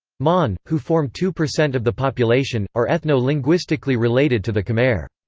mon, who form two percent of the population, are ethno-linguistically related to the khmer.